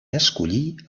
escollir